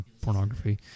pornography